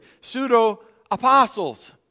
Pseudo-apostles